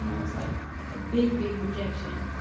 and it was like a big big rejection.